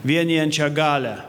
vienijančią galią